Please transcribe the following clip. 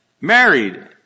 married